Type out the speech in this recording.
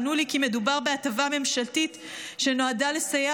ענו לי כי מדובר בהטבה ממשלתית שנועדה לסייע